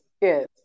yes